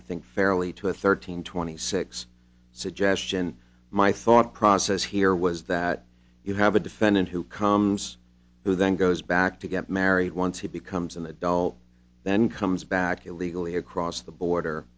i think fairly to a thirteen twenty six suggestion my thought process here was that you have a defendant who comes who then goes back to get married once he becomes an adult then comes back illegally across the border